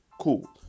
Cool